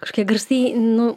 kažkokie garsai nu